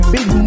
Big